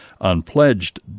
unpledged